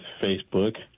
Facebook